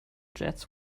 jets